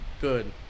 good